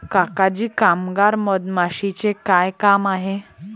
काका जी कामगार मधमाशीचे काय काम आहे